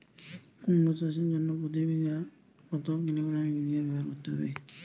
কুমড়ো চাষের জন্য প্রতি বিঘা কত কিলোগ্রাম ইউরিয়া ব্যবহার করতে হবে?